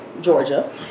Georgia